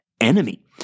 enemy